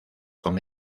con